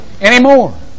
anymore